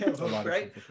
right